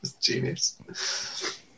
Genius